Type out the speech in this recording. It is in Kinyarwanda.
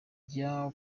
jya